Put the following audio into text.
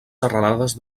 serralades